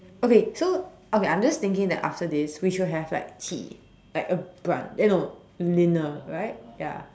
okay so okay I'm just thinking that after this we should have like tea like a brunch eh no linner right ya